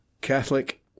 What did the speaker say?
Catholic